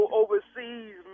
overseas